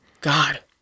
god